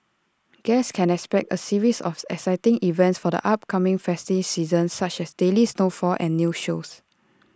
guests can expect A series of exciting events for the upcoming festive season such as daily snowfall and new shows